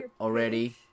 already